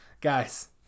Guys